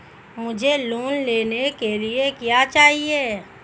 मुझे लोन लेने के लिए क्या चाहिए?